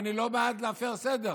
אני לא בעד להפר סדר,